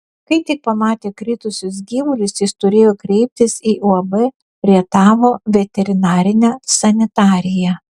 kai tik pamatė kritusius gyvulius jis turėjo kreiptis į uab rietavo veterinarinę sanitariją